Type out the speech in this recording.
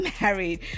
married